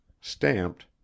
Stamped